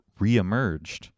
reemerged